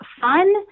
fun